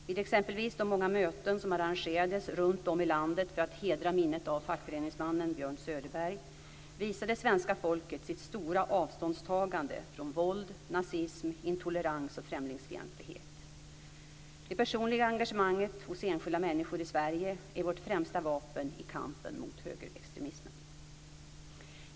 Vid exempelvis de många möten som arrangerades runtom i landet för att hedra minnet av fackföreningsmannen Björn Söderberg visade svenska folket sitt stora avståndstagande från våld, nazism, intolerans och främlingsfientlighet. Det personliga engagemanget hos enskilda människor i Sverige är vårt främsta vapen i kampen mot högerextremismen.